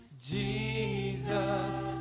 Jesus